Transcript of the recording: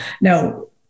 no